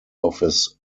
office